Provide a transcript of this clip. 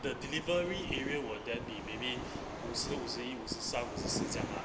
the delivery area will then be maybe 五十五五十一五十三五十四这样 ah